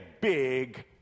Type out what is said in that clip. big